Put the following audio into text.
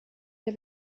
der